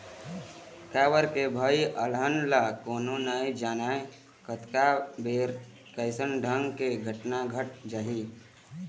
काबर के भई अलहन ल कोनो नइ जानय कतका बेर कइसन ढंग के घटना घट जाही